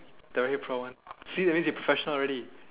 there you pro one see that means you professional already